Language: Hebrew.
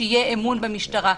שיהיה אמון במשטרה.